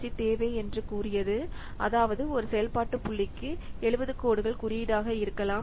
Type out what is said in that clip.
C தேவை என்று அது கூறியது அதாவது ஒரு செயல்பாட்டு புள்ளிக்கு 70 கோடுகள் குறியீடாக இருக்கலாம்